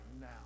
now